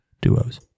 duos